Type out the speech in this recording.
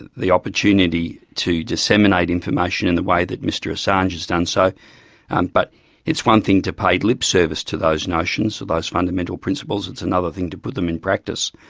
the opportunity to disseminate information in the way that mr assange has done. so and but it's one thing to pay lip service to those notions of those fundamental principles it's another thing to put them in practice.